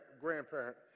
grandparent